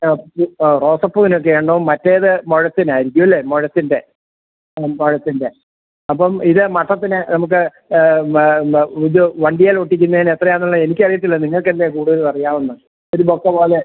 ഇത് ആ റോസപ്പൂവിനൊക്കെയാണോ മറ്റേത് മുഴത്തിനായിരിക്കുമല്ലേ മുഴത്തിൻ്റെ ആ മുഴത്തിൻ്റെ അപ്പം ഇത് മൊത്തത്തിൽ നമുക്ക് എന്താ ഇത് വണ്ടിയെല്ലോട്ടിക്കുന്നതിനെത്രയാണെന്നുള്ളത് എനിക്കറിയത്തില്ല നിങ്ങൾക്കല്ലേ കൂടുതലറിയാവുന്നത് ഒരു ബൊക്ക പോലെ